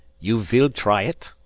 you vill dry it?